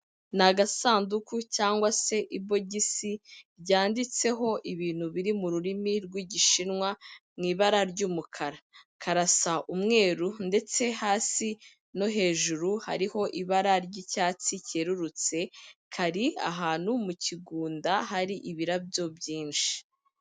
Ni agasanduku cyangwa se ibogisi, ryanditseho ibintu biri mu rurimi rw'igishinwa, mu ibara ry'umukara, karasa umweru ndetse hasi no hejuru hariho ibara ry'icyatsi cyerurutse, kari ahantu mu kigunda hari ibirabyo byinshi.